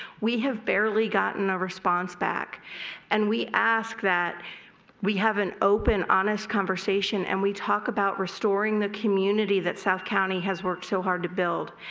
we have barely gotten a response back and we ask that we have an open, honest conversation and talk about restoring the community that south county has worked so hard to build.